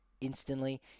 Instantly